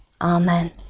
Amen